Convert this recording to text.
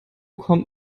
kommt